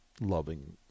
loving